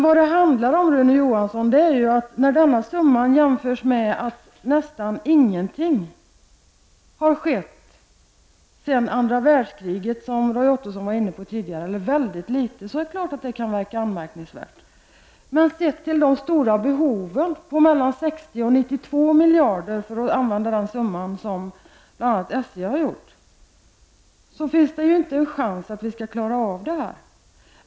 Vad det handlar om, Rune Johansson, är att om denna summa jämförs med att nästan ingenting, eller mycket litet, har skett sedan andra världskriget, vilket Roy Ottosson var inne på tidigare, är det klart att detta kan vara anmärkningsvärt. Men om man ser på de stora behoven på mellan 60 och 92 miljarder, för att använda samma summa som SJ, så finns det ju inte en chans att klara av detta.